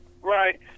Right